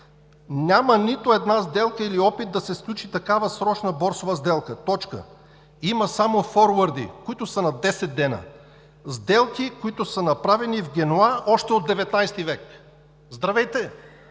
„Няма нито една сделка или опит да се сключи такава срочна борсова сделка. Има само форуърди, които са на 10 дни. Сделки, които са направени в Генуа още от XIX век.“ Здравейте,